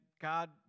God